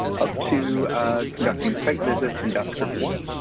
up to conducting site visits and desk reviews,